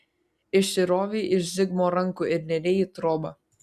išsirovei iš zigmo rankų ir nėrei į trobą